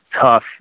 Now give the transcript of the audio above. tough